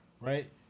right